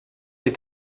est